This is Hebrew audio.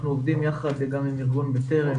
אנחנו עובדים גם עם ארגון בטרם,